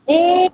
ए